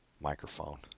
microphone